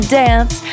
dance